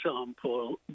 example